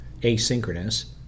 asynchronous